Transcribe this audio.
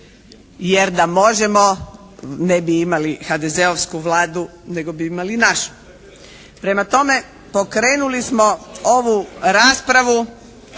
Jer da možemo ne bi imali HDZ-ovsku Vladu nego bi imali našu. Prema tome, pokrenuli smo ovu raspravu